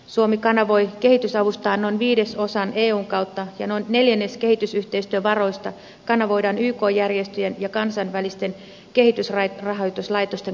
suomi kanavoi kehitysavustaan noin viidesosan eun kautta ja noin neljännes kehitysyhteistyövaroista kanavoidaan yk järjestöjen ja kansainvälisten kehitysrahoituslaitosten kautta